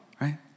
right